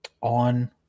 on